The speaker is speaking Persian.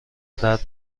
درد